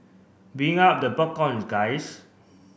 bring out the popcorn guys